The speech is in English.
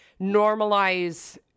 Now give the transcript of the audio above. normalize